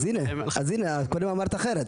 אז הנה, את קודם הסברת אחרת,